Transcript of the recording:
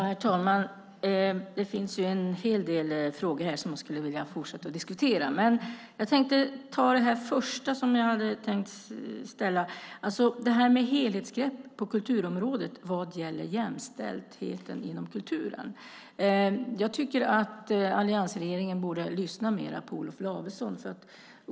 Herr talman! Det finns en hel del frågor som jag skulle vilja fortsätta att diskutera. Min första fråga gäller helhetsgrepp på kulturområdet vad gäller jämställdhet inom kulturen. Jag tycker att alliansregeringen borde lyssna mer på Olof Lavesson.